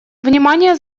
внимания